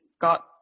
got